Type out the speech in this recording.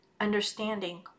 understanding